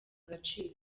agaciro